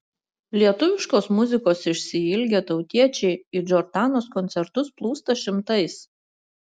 lietuviškos muzikos išsiilgę tautiečiai į džordanos koncertus plūsta šimtais